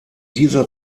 dieser